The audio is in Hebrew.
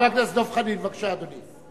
חבר הכנסת דב חנין, בבקשה, אדוני,